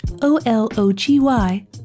O-L-O-G-Y